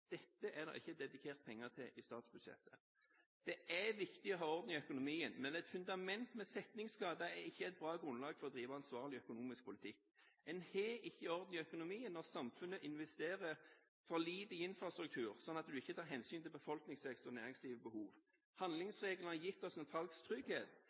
Dette er det ikke dedikert penger til i statsbudsjettet. Det er viktig å ha orden i økonomien, men et fundament med setningsskader er ikke et bra grunnlag for å drive ansvarlig økonomisk politikk. En har ikke orden i økonomien når samfunnet investerer for lite i infrastruktur, slik at en ikke tar hensyn til befolkningsvekst og næringslivets behov.